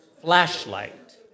flashlight